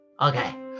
Okay